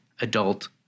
adult